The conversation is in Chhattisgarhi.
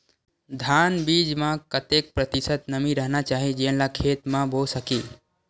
धान बीज म कतेक प्रतिशत नमी रहना चाही जेन ला खेत म बो सके?